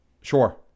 Sure